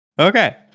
Okay